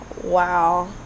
Wow